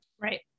Right